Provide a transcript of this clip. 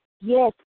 Yes